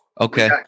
Okay